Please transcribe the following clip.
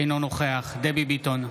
אינו נוכח דבי ביטון,